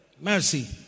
Mercy